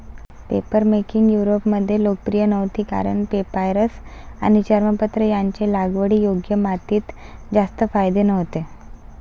papermaking युरोपमध्ये लोकप्रिय नव्हती कारण पेपायरस आणि चर्मपत्र यांचे लागवडीयोग्य मातीत जास्त फायदे नव्हते